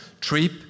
trip